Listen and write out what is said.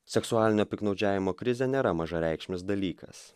seksualinio piktnaudžiavimo krizė nėra mažareikšmis dalykas